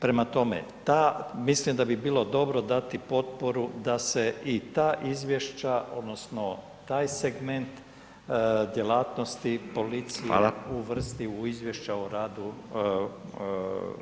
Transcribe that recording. Prema tome, mislim da bi bilo dobro dati potporu da se i ta izvješća odnosno taj segment djelatnosti policije [[Upadica: Hvala]] uvrsti u izvješća o radu.